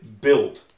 build